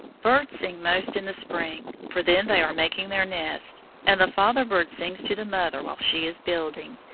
birds sing most in the spring, for then they are making their nests, and the father bird sings to the mother while she is building,